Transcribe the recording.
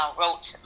wrote